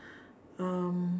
um